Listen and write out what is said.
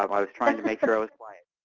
um i was trying to make sure i was quiet.